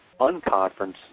unconference